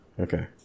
Okay